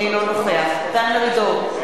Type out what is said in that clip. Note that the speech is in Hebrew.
אינו נוכח דן מרידור,